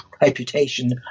reputation